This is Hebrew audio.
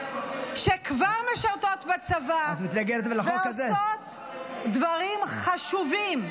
שכבר משרתות בצבא ועושות דברים חשובים.